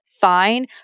fine